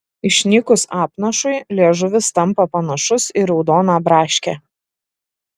išnykus apnašui liežuvis tampa panašus į raudoną braškę